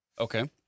Okay